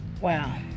Wow